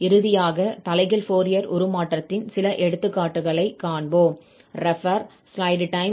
இறுதியாக தலைகீழ் ஃபோரியர் உருமாற்றத்தின் சில எடுத்துக்காட்டுகளை காண்போம்